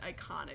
iconic